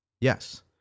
Yes